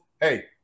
Hey